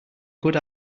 good